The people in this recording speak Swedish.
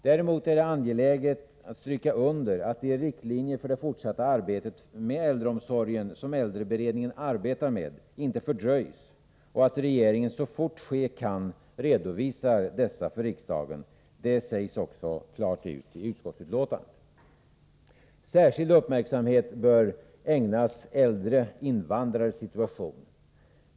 Däremot är det angeläget stryka under att de riktlinjer för det fortsatta arbetet med äldreomsorgen som äldreberedningen arbetar med inte fördröjs och att regeringen så fort ske kan redovisar dessa för riksdagen. Dettta sägs också klart ut i utskottsbetänkandet. Särskild uppmärksamhet bör ägnas äldre invandrares situation.